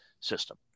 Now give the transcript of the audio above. system